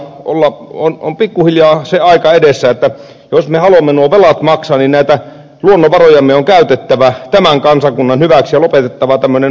tällä kansakunnalla on pikkuhiljaa se aika edessä että jos me haluamme nuo velat maksaa niin näitä luonnonvarojamme on käytettävä tämän kansakunnan hyväksi ja lopetettava tämmöinen huimailu mitä viime aikoina on tehty